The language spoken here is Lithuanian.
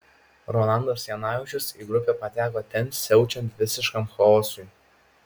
rolandas janavičius į grupę pateko ten siaučiant visiškam chaosui